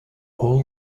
all